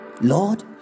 Lord